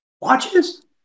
watches